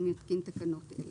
אני מתקין תקנות אלה: